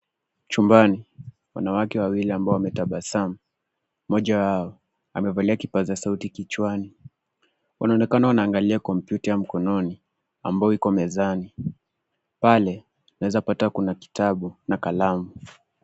Chumbani, kuna watu wawili walioendelea na shughuli zao. Mmoja amevaa kipaza sauti kikiwa kikiwa kichwani, labda anasikiliza au kurekodi. Wengine wanangalia kompyuta ndogo iliyoko mezani. Pembeni, kuna kitabu na kalamu, tayari kwa maandishi au kuchora